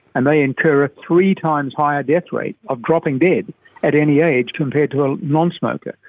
and they incur three times higher death rate of dropping dead at any age compared to a non-smoker.